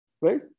right